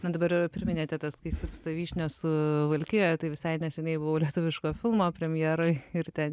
na dabar priminėte tas kai sirpsta vyšnios suvalkijoje tai visai neseniai buvo lietuviško filmo premjeroj ir ten